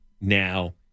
now